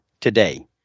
today